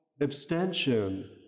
abstention